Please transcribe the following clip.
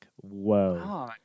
Whoa